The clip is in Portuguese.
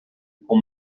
com